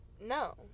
no